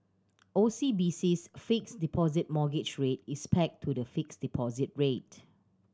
O C B C's Fixed Deposit Mortgage Rate is pegged to the fixed deposit rate